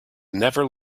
never